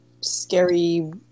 scary